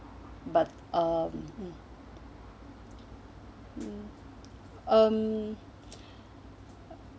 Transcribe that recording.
but um um